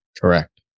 Correct